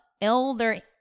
elder